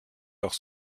doch